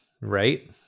right